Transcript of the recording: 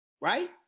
right